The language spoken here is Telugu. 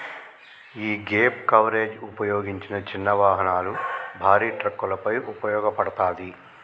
యీ గ్యేప్ కవరేజ్ ఉపయోగించిన చిన్న వాహనాలు, భారీ ట్రక్కులపై ఉపయోగించబడతాది